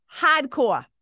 hardcore